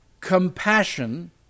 compassion